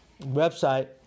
website